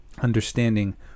understanding